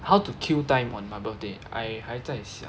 how to kill time on my birthday I 还在想